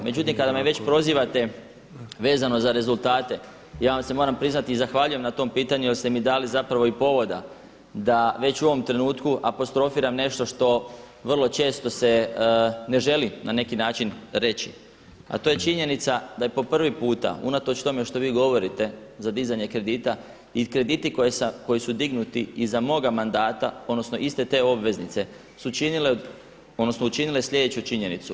Međutim, kada me već prozivate vezano za rezultate, ja vas se moram priznati i zahvaljujem na tom pitanju jer ste mi dali zapravo i povoda da već u ovom trenutku apostrofiram nešto što vrlo često se ne želi na neki način reći a to je činjenica da je po prvi puta unatoč tome što vi govorite za dizanje kredita i krediti koji su dignuti i za moga mandata, odnosno iste te obveznice su činile, odnosno učinile sljedeću činjenicu.